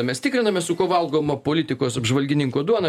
mes tikriname su kuo valgoma politikos apžvalgininko duona